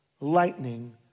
lightning